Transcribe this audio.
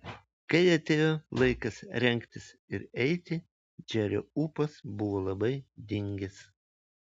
kai atėjo laikas rengtis ir eiti džerio ūpas buvo labai dingęs